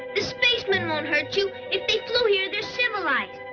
the space men won't hurt you. if they flew here, they're civilized.